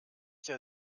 der